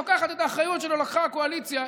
שלוקחת את האחריות שלא לקחה הקואליציה,